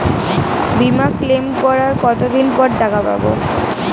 বিমা ক্লেম করার কতদিন পর টাকা পাব?